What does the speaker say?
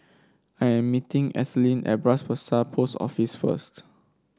I am meeting Ethelyn at Bras Basah Post Office first